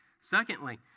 Secondly